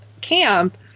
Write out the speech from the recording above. camp